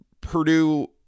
Purdue